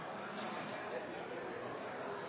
Senere